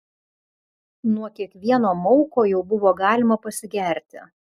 nuo kiekvieno mauko jau buvo galima pasigerti